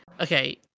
Okay